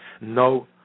no